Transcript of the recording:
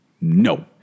no